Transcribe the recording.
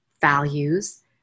values